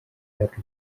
fer